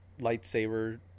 lightsaber